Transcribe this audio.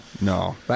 No